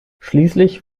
schließlich